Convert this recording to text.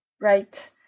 right